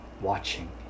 watching